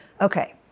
Okay